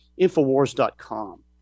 InfoWars.com